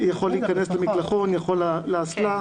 הוא יכול להיכנס למקלחון, יכול לאסלה.